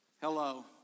Hello